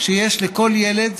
שיש לכל ילד,